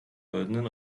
goldenen